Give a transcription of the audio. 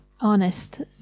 honest